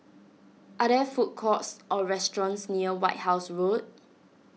are there food courts or restaurants near White House Road